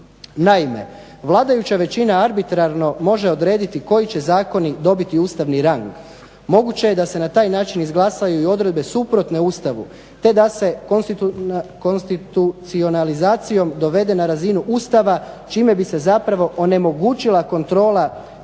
Naime, vladajuća većina arbitrarno može odrediti koji će zakoni dobiti ustavni rang. Moguće je da se na taj način izglasaju i odredbe suprotne Ustavu, te da se konstitucionalizacijom dovede na razinu Ustava čime bi se zapravo onemogućila kontrola